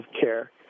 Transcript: care